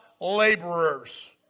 laborers